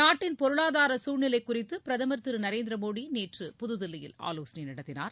நாட்டின் பொருளாதார சூழ்நிலை குறித்து பிரதமர் திரு நரேந்திர மோடி நேற்று புதுதில்லியில் ஆலோசனை நடத்தினார்